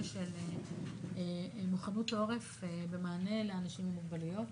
של מוכנות העורף במענה לאנשים עם מוגבלויות.